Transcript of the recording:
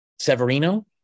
Severino